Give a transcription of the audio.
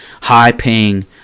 high-paying